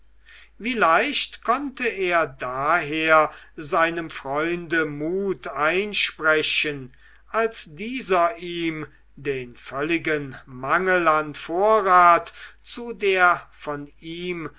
leicht konnte er daher seinem freunde mut einsprechen als dieser ihm den völligen mangel an vorrat zu der von ihm